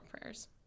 prayers